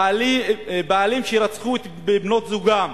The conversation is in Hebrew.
בעלים שרצחו את בנות-זוגם,